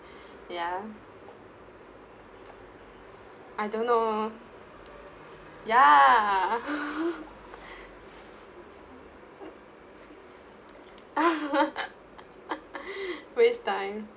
ya I don't know ya waste time